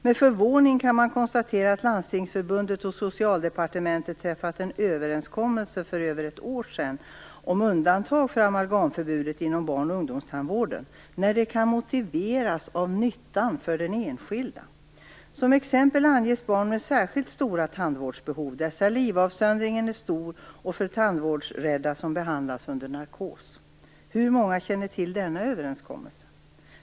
Med förvåning kan man konstatera att Landstingsförbundet och Socialdepartementet har träffat en överenskommelse för över ett år sedan om undantag från amalgamförbudet inom ungdomstandvården när det kan motiveras av nyttan för den enskilde. Som exempel anges barn med stora tandvårdsbehov, där salivavsöndringen är stor och för tandvårdsrädda som behandlas under narkos. Hur många känner till denna överenskommelse?